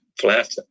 flat